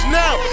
now